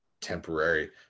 temporary